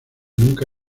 nunca